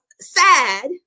sad